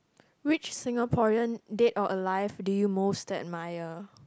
which Singaporean dead or alive do you most admire